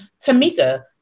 Tamika